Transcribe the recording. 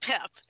pep